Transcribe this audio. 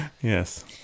Yes